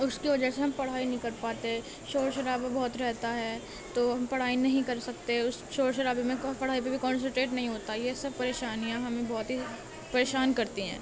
اس کی وجہ سے ہم پڑھائی نہیں کر پاتے شور شرابہ بہت رہتا ہے تو ہم پڑھائی نہیں کر سکتے اس شور شرابے میں پڑھائی پہ بھی کونسٹیٹ نہیں ہوتا یہ سب پریشانیاں ہمیں بہت ہی پریشان کرتی ہیں